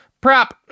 prop